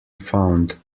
found